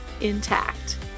intact